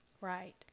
Right